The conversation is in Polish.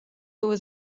były